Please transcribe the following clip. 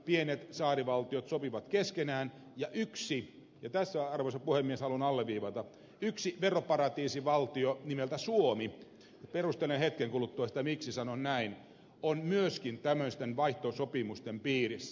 pienet saarivaltiot tekevät sopimuksia keskenään ja yksi ja tätä arvoisa puhemies haluan alleviivata veroparatiisivaltio nimeltä suomi perustelen hetken kuluttua sitä miksi sanon näin on myöskin tämmöisten vaihtosopimusten piirissä